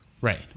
Right